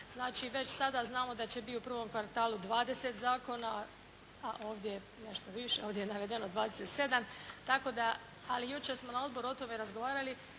Znači, već sada znamo da će biti u prvom kvartalu 20 zakona, a ovdje nešto više, ovdje je navedeno 27 tako da. Ali jučer smo na odboru o tome razgovarali